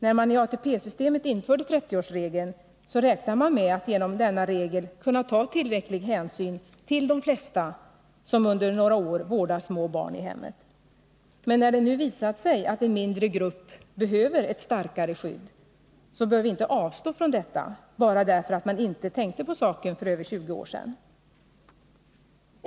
När man i ATP-systemet införde 30-årsregeln, räknade man med att genom denna regel kunna ta tillräcklig hänsyn till de flesta som under några år vårdar små barn i hemmet. När det nu visat sig att en mindre grupp behöver ett starkare skydd bör vi inte avstå från detta bara för att man inte tänkte på saken för över 20 år sedan.